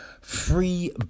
Free